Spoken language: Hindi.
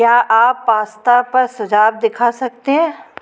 क्या आप पास्ता पर सुझाव दिखा सकते हैं